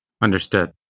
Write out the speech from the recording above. Understood